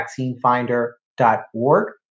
vaccinefinder.org